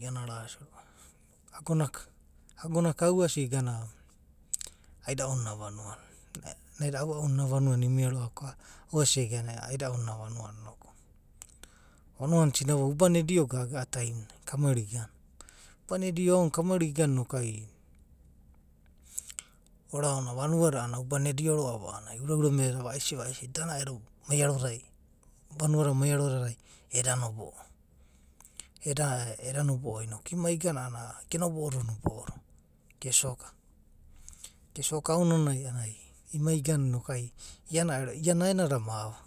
Iana arasia roa’va. Agonaka agonaka auasia igana aida’u na ena vanuanamnaida aua’u na ena vanua nai imia roa’va kko ai auasia igana aida’u na ena vanua na inoku. Vanua na sinava nanai. uba na edio gaga a’a taimunai kau mai rua igana. ubana edio aonani kau mai eua igana inoku ai oraonava vanua da a’adada uba na edio roa’ua a’anana ai uraura meda. vaisi vaisi da eda naedo maia ronai. vanuada maia rodadai eda nobo’o. eda. eda nobo’o inoku imai igana a’anana ge nobo’o do do nobo’o do, ge soka. ge soka aonanai imai iganan noku iana ero, iana aena da mava.